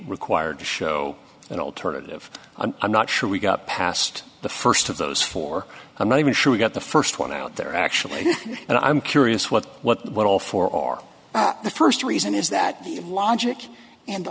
required to show that alternative i'm not sure we got past the first of those four i'm not even sure we got the first one out there actually but i'm curious what what what all four are the first reason is that the of logic and the